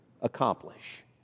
accomplish